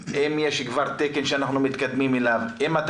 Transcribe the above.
אם יש כבר תקן שאנחנו מתקדמים אליו,